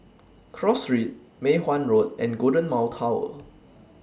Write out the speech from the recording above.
Cross Street Mei Hwan Road and Golden Mile Tower